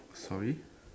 sorry